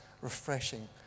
refreshing